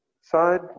side